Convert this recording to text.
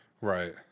right